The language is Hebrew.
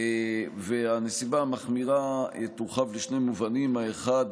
והנסיבה המחמירה תורחב בשני מובנים: האחד,